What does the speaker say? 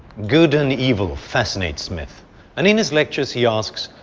good and evil fascinate smith and in his lectures he asks,